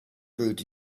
brewed